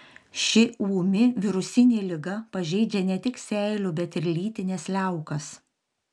ši ūmi virusinė liga pažeidžia ne tik seilių bet ir lytines liaukas